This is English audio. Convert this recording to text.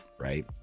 right